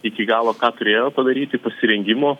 iki galo ką turėjo padaryti pasirengimo